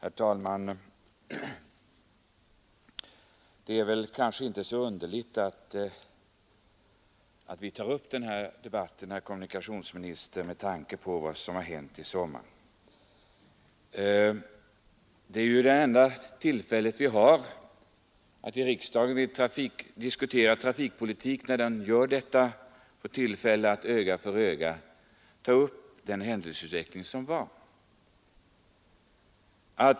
Herr talman! Det är kanske inte så underligt att vi tar upp den här debatten, herr kommunikationsminister, med tanke på vad som har hänt i sommar. Det är ju det enda tillfälle vi har att i riksdagen diskutera trafikpolitik och få tillfälle att öga mot öga kollationera händelseutvecklingen.